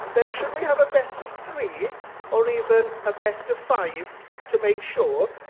then should we have a best of three or even a best of five to make sure?